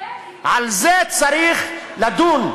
על זה צריך לדון,